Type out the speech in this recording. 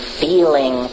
feeling